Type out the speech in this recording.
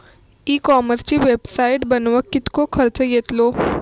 E कॉमर्सची website बनवक किततो खर्च येतलो?